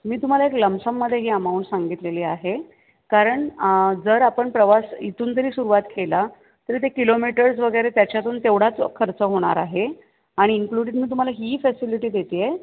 मी तुम्हाला एक लमसममध्ये ही अमाऊंट सांगितलेली आहे कारण जर आपण प्रवास इथून जरी सुरवात केला तरी ते किलोमीटर्स वगैरे त्याच्यातून तेवढाच खर्च होणार आहे आणि इंक्लुडेड मी तुम्हाला हीही फॅसिलिटी देते आहे